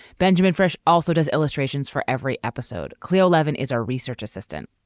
benjamin fresh also does illustrations for every episode. cleo levin is our research assistant.